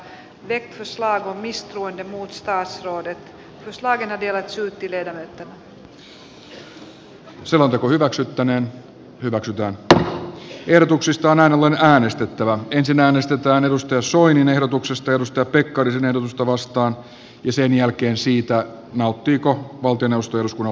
nojautuen puheenvuorossani esitettyihin perusteisiin ja tosiasioihin ja välikysymystekstin sisältämiin kysymyksiin joihin hallitus ei ole tyydyttävästi ja osaan ei lainkaan vastannut eduskunta toteaa että hallitus ei nauti eduskunnan luottamusta